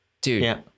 dude